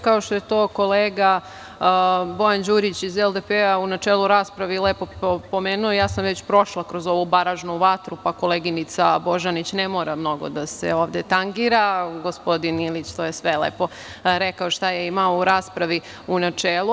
Kao što je to kolega Bojan Đurić iz LDP, u načelu u raspravi lepo pomenuo, ja sam već prošla kroz ovu baražnu vatru, pa koleginica Božanić ne mora mnogo ovde da se tangira, gospodin Ilić to je sve lepo rekao šta je imao u raspravi u načelu.